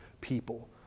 people